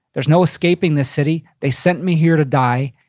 there's no escaping this city. they sent me here to die.